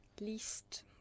least